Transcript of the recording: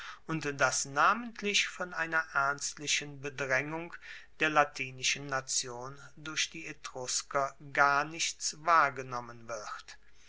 und dass namentlich von einer ernstlichen bedraengung der latinischen nation durch die etrusker gar nichts wahrgenommen wird